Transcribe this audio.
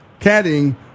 caddying